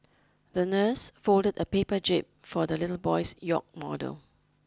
the nurse folded a paper jib for the little boy's yacht model